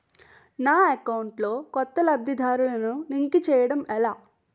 నా అకౌంట్ లో కొత్త లబ్ధిదారులను లింక్ చేయటం ఎలా?